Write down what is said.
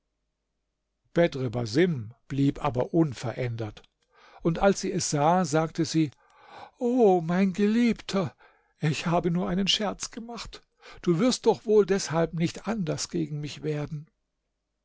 basim blieb aber unverändert und als sie es sah sagte sie o mein geliebter ich habe nur scherz gemacht du wirst doch wohl deshalb nicht anders gegen mich werden